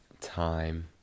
time